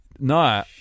No